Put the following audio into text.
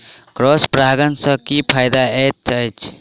Cross परागण सँ की फायदा हएत अछि?